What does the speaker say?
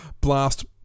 blast